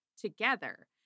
together